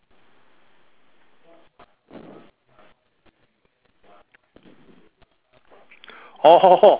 orh hor hor